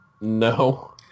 No